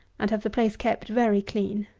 and have the place kept very clean.